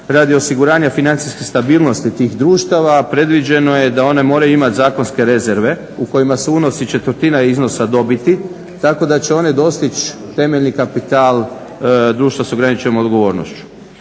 radi osiguranja financijske stabilnosti tih društava predviđeno je da one moraju imat zakonske rezerve u kojima se unosi četvrtina iznosa dobiti tako da će one dostići temeljni kapital društva s ograničenom odgovornošću.